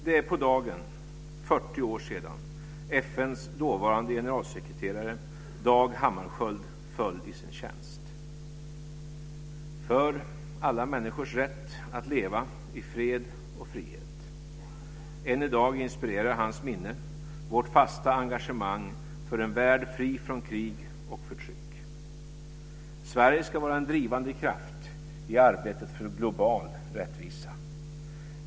Det är på dagen 40 år sedan FN:s dåvarande generalsekreterare Dag Hammarskjöld föll i sin tjänst för alla människors rätt att leva i fred och frihet. Än i dag inspirerar hans minne vårt fasta engagemang för en värld fri från krig och förtryck. Sverige ska vara en drivande kraft i arbetet för global rättvisa.